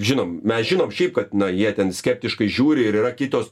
žinom mes žinom kad na jie ten skeptiškai žiūri ir yra kitos